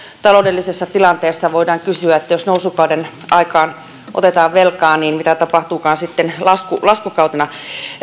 taloudellisessa tilanteessa voidaan kysyä että jos nousukauden aikaan otetaan velkaa niin mitä tapahtuukaan sitten laskukautena